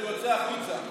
אז הוא יוצא החוצה.